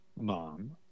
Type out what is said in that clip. Mom